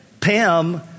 Pam